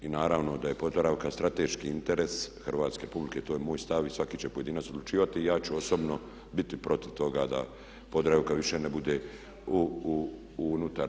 I naravno da je Podravka strateški interes hrvatske publike to je moj stav i svaki će pojedinac odlučivati i ja ću osobno biti protiv toga da Podravka više ne bude unutar.